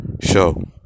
show